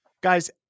Guys